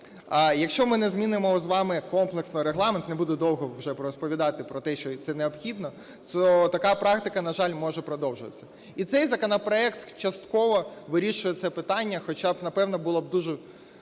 Якщо ми не змінимо з вами комплексно Регламент, не буду довго вже розповідати про те, що це необхідно, то така практика, на жаль, може продовжитися. І цей законопроект частково вирішує це питання, хоча б, напевне, було б дуже